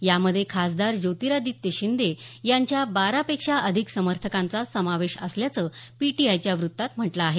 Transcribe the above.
यामध्ये खासदार ज्योतिरादित्य शिंदे यांच्या बारापेक्षा अधिक समर्थकांचा समावेश असल्याचं पीटीआयच्या व्रत्तात म्हटलं आहे